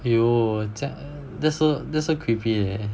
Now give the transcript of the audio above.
!aiyo! 这样 that's so that's so creepy